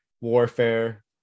warfare